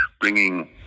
bringing